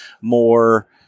more